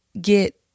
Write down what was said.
get